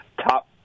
top –